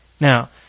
Now